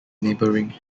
neighbouring